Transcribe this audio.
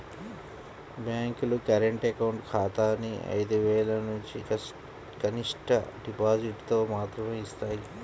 బ్యేంకులు current account ఖాతాని ఐదు వేలనుంచి కనిష్ట డిపాజిటుతో మాత్రమే యిస్తాయి